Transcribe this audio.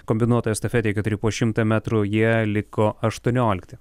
kombinuotoj estafetėj keturi po šimtą metrų jie liko aštuoniolikti